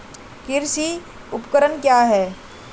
कृषि उपकरण क्या है?